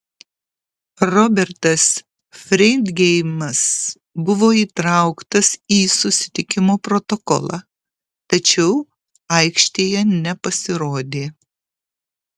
robertas freidgeimas buvo įtrauktas į susitikimo protokolą tačiau aikštėje nepasirodė